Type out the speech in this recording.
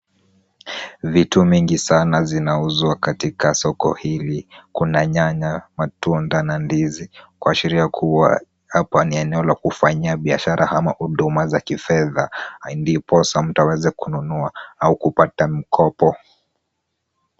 Vitu mingi sana zinauzwa katika soko hili. Kuna nyanya, matunda na ndizi kuashiria kuwa hapa ni eneo la kufanyia biashara ama huduma za kifedha. Ndiposa mtu aweze kununua au kupata mkopo.